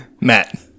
matt